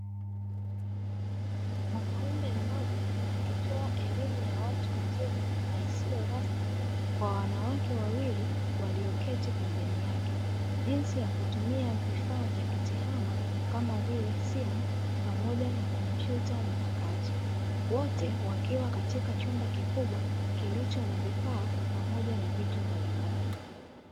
Mwanaume mmoja akitoa elimu ya watu wazima na isiyo rasmi kwa wanawake wawili walioketi pembeni yake jinsi ya kutumia vifaa vya kitehama kama vile simu na kompyuta mpakato, wote wakiwa katika chumba kikubwa kilicho na vifaa pamoja na vitu mbalimbali.